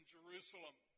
Jerusalem